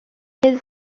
his